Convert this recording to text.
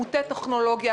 מוטי-טכנולוגיה,